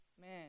Man